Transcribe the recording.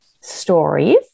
stories